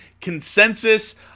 consensus